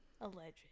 Alleged